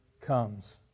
comes